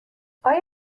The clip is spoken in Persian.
آیا